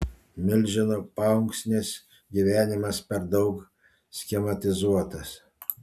milžino paunksmės gyvenimas per daug schematizuotas